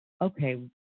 okay